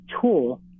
tool